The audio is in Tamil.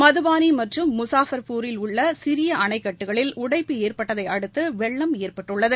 மதுபாணி மற்றும் முஷாபா்பூரில் உள்ள சிறிய அணைக்கட்டுகளில் உடைப்பு ஏற்பட்டதை அடுத்து வெள்ளம் ஏற்பட்டுள்ளது